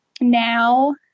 now